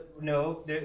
no